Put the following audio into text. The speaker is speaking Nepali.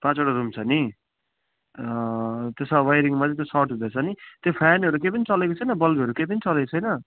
पाँचवटा रुम छ नि त्यसो भए वाइरिङ मात्रै सट हुँदैछ नि त्यो फ्यानहरू केही पनि चलेको छैन बल्बहरू केही पनि चलेको छैन